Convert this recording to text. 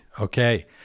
Okay